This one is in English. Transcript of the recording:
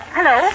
Hello